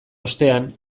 ostean